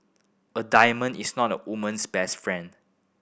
a diamond is not a woman's best friend